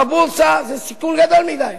בבורסה זה סיכון גדול מדי.